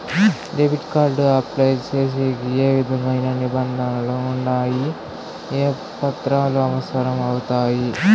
Debit card apply సేసేకి ఏ విధమైన నిబంధనలు ఉండాయి? ఏ పత్రాలు అవసరం అవుతాయి?